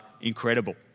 incredible